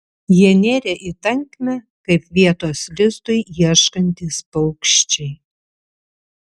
jie nėrė į tankmę kaip vietos lizdui ieškantys paukščiai